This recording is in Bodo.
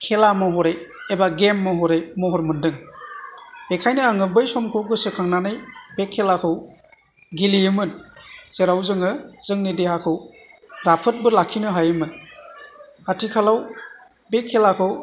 खेला महरै एबा गेम महरै महर मोन्दों बेखायनो आङो बै समखौ गोसो खांनानै बे खेलाखौ गेलेयोमोन जेराव जोङो जोंनि देहाखौ राफोदबो लाखिनो हायोमोन आथिखालाव बे खेलाखौ